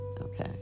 okay